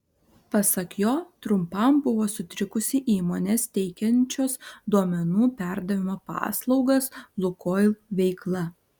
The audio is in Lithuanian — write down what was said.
pasak jo trumpam buvo sutrikusi įmonės teikiančios duomenų perdavimo paslaugas lukoil veikla